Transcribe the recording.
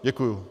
Děkuju.